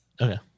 Okay